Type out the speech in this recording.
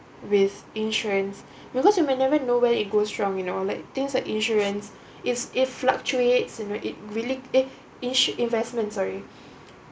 with insurance because you may never know when it goes wrong you know like things like insurance it's it fluctuates you know it really it insu~ investments sorry